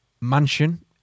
mansion